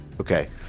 okay